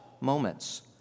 moments